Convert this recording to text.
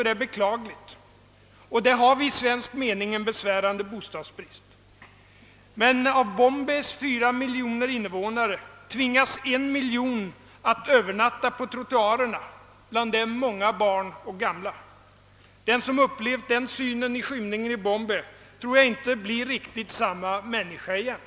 Det är beklagligt att vi har en besvärande bostadsbrist, men av Bombays 4 miljoner invånare tvingas 1 miljon, bland dem många barn och gamla, att övernatta på trottoarerna. Den som upplevt den synen i skymningen i Bombay blir nog inte riktigt samma människa igen.